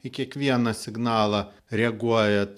į kiekvieną signalą reaguojat